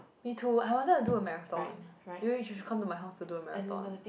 me too I wanted to do a marathon maybe you should come to my house to do a marathon